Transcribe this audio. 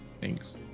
thanks